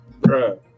bro